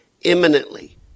imminently